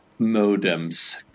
modems